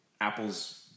Apple's